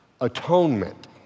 Atonement